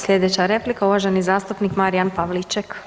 Slijedeća replika uvaženi zastupnik Marijan Pavliček.